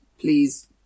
Please